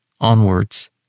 onwards